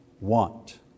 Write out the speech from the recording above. want